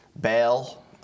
Bail